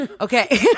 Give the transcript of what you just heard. okay